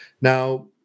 Now